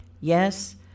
yes